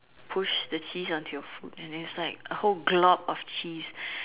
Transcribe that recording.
push the cheese onto your food and it's like a whole glob of cheese